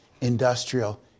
industrial